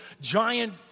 giant